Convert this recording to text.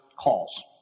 calls